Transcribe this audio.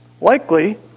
Likely